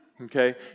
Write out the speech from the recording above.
okay